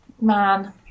Man